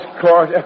court